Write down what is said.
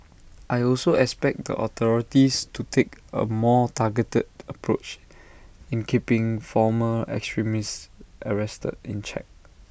I also expect the authorities to take A more targeted approach in keeping former extremists arrested in check